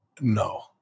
No